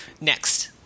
Next